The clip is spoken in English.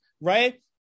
right